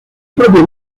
propio